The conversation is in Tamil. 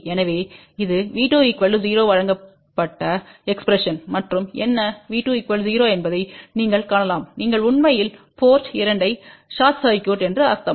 எனவே இது V2 0வழங்கப்பட்ட எக்ஸ்பிரஸன் மற்றும் என்ன V2 0 என்பதை நீங்கள் காணலாம் நீங்கள் உண்மையில் போர்ட் 2 ஐ ஷார்ட் சர்க்யூட் என்று அர்த்தம்